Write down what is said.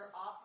off